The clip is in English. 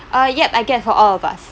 uh yup I get for all of us